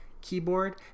keyboard